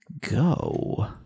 go